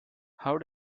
how